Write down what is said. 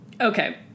Okay